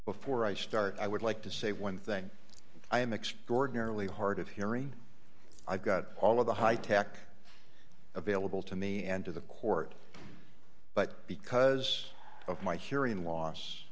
before i start i would like to say one thing i am exploring merely hard of hearing i've got all of the high tech available to me and to the court but because of my hearing loss